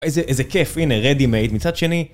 איזה כיף, הנה ready made מצד שני